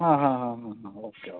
ಹಾಂ ಹಾಂ ಹಾಂ ಹಾಂ ಹಾಂ ಓಕೆ ಓಕೆ